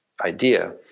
idea